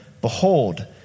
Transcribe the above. Behold